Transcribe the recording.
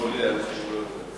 עולה עד שהוא יורד.